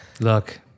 Look